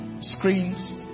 screens